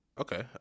Okay